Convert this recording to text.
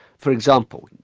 for example,